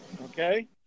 Okay